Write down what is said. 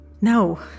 No